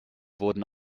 wurden